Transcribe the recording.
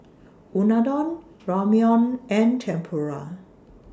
Unadon Ramyeon and Tempura